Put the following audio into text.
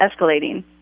escalating